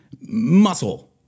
muscle